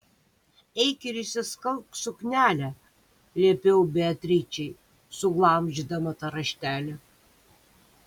eik ir išsiskalbk suknelę liepiau beatričei suglamžydama tą raštelį